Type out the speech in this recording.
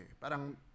parang